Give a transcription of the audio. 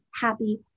happy